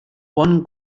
one